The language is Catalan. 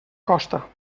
costa